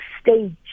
stage